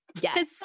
Yes